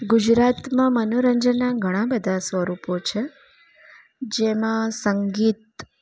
ગુજરાતમાં મનોરંજનના ઘણા બધા સ્વરૂપો છે જેમાં સંગીત